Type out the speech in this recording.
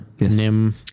Nim